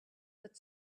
but